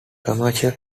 commercial